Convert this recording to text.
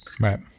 right